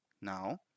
now